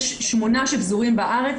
יש שמונה שפזורים בארץ,